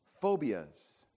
phobias